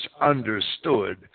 understood